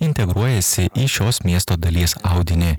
integruojasi į šios miesto dalies audinį